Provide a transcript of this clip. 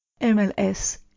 MLS